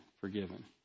forgiven